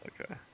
Okay